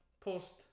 post